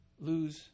lose